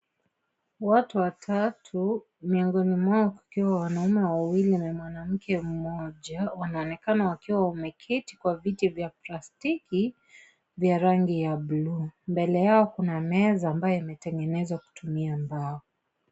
Watu watatu miongoni mwao kukiwa wanaume wawili na mwanamke mmoja wanaonekana wakiwa wameketi kwa viti vya plastiki vya rangi ya buluu, mbele yao kuna meza ambayo imetengenezwa kutumia mbao.